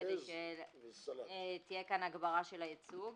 כדי שתהיה כאן הגברה של הייצוג.